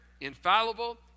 infallible